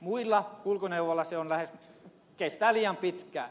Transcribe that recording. muilla kulkuneuvoilla se kestää liian pitkään